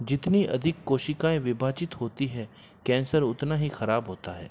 जितनी अधिक कोशिकाएँ विभाजित होती है कैंसर उतना ही ख़राब होता है